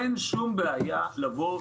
אין שום בעיה לבוא,